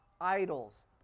idols